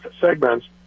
segments